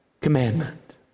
commandment